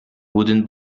wooden